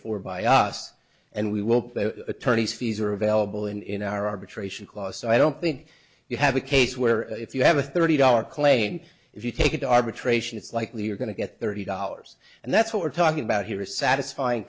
for by us and we will pay attorneys fees are available in our arbitration clause so i don't think you have a case where if you have a thirty dollar claim if you take it to arbitration it's likely you're going to get thirty dollars and that's what we're talking about here is satisfying